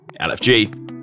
LFG